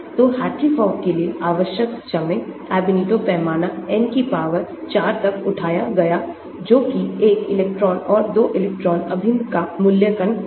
तो Hartree Fock के लिए आवश्यक समय Ab initio पैमाना N की पावर 4 तक उठाया गया जो कि एक इलेक्ट्रॉन और 2 इलेक्ट्रॉन अभिन्न का मूल्यांकन है